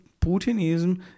Putinism